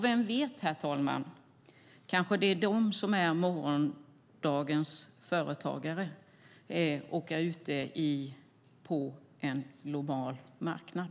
Vem vet, herr talman, det kanske är de som är morgondagens företagare och som är ute på en global marknad.